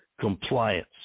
compliance